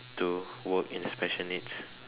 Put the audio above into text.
to work in special needs